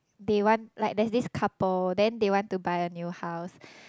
they want like there's this couple then they want to buy a new house